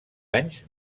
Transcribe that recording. anys